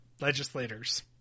legislators